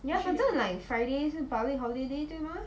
反正 like friday 是 public holiday 对吗